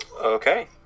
Okay